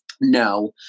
No